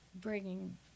bringing